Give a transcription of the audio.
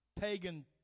pagan